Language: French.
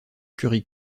currie